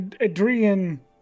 Adrian